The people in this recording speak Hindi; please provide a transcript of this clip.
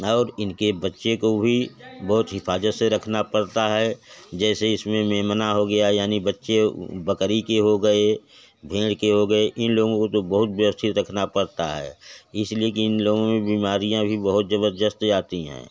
और इनके बच्चे को भी बहुत हिफाजत से रखना पड़ता है जैसे इसमें मेमना हो गया यानि बच्चे बकरी के हो गए भेड़ के हो गए इन लोगों को तो बहुत व्यवस्थित रखना पड़ता है इसलिए कि इन लोगों में बीमारियाँ भी बहुत जबरदस्त जाती हैं